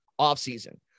offseason